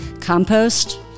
compost